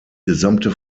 gesamte